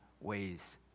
ways